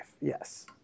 yes